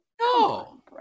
No